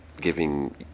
giving